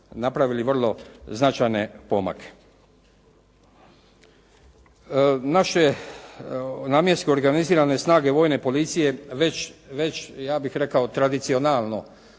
napravili vrlo značajne pomake. Naše namjenski organizirane snage Vojne policije već, ja bih rekao tradicionalno